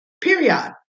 period